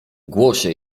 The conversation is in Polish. głosie